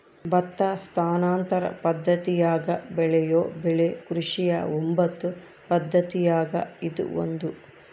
ಭತ್ತ ಸ್ಥಾನಾಂತರ ಪದ್ದತಿಯಾಗ ಬೆಳೆಯೋ ಬೆಳೆ ಕೃಷಿಯ ಒಂಬತ್ತು ಪದ್ದತಿಯಾಗ ಇದು ಒಂದು